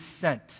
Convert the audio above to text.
sent